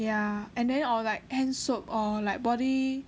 yeah and then or like hand soap or like body